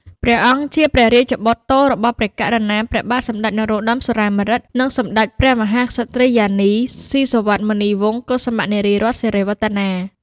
ព្រះអង្គជាព្រះរាជបុត្រទោលរបស់ព្រះករុណា ព្រះបាទសម្ដេចព្រះនរោត្តម សុរាម្រិត និងសម្ដេចព្រះមហាក្សត្រិយានី ស៊ីសុវត្ថិមុនីវង្ស កុសុមៈនារីរតន៍ សិរីវឌ្ឍនា។